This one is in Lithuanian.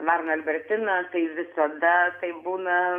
varną albertiną tai visada tai būna